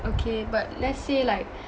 okay but let's say like